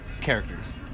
characters